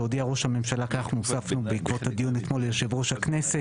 והודיע ראש הממשלה" כאן הוספנו בעקבות הדיון אתמול "ליושב-ראש הכנסת,